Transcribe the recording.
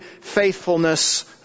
faithfulness